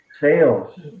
Sales